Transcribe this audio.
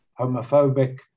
homophobic